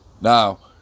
Now